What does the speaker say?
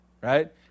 right